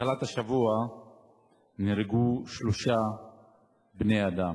מהתחלת השבוע נהרגו שלושה בני-אדם.